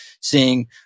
seeing